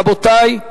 רבותי,